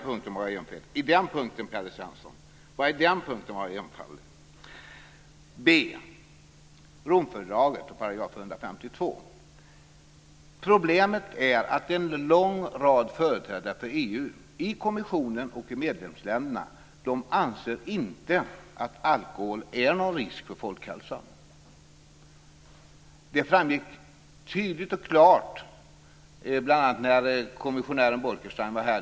På den punkten var jag enfaldig. Problemet är att en lång rad företrädare för EU i kommissionen och i medlemsländerna inte anser att alkohol innebär någon risk för folkhälsan. Det framgick tydligt och klart bl.a. när kommissionären Bolkestein var här.